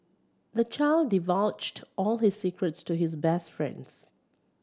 the child divulged all his secrets to his best friends